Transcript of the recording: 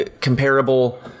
comparable